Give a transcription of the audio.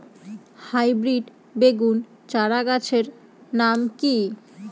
Hybrid বেগুন চারাগাছের নাম কি?